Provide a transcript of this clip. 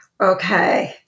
Okay